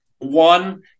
One